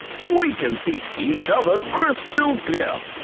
we can see each other crystal clear!